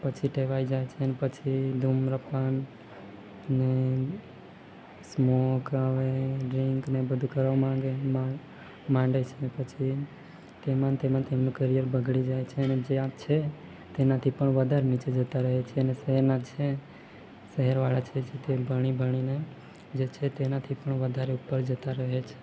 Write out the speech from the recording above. પછી ટેવાઈ જાય છે ને પછી ધુમ્રપાન ને સ્મોક હવે ડ્રિંકને બધું કરવા માંગે મા માંડે છે ને પછી તેમાને તેમાં તેમનું કરિયર બગડી જાય છેને જ્યાં છે તેનાથી પણ વધારે નીચે જતાં રહે છે ને શહેરના છે શહેરવાળા છે જેતે ભણી ભણીને જ છે તેનાથી પણ વધારે ઉપર જતાં રહે છે